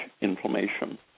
inflammation